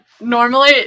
normally